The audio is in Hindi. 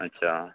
अच्छा